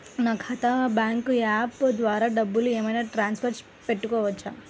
నా ఖాతా bank app ద్వారా డబ్బులు ఏమైనా ట్రాన్స్ఫర్ పెట్టుకోవచ్చా?